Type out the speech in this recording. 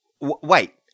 Wait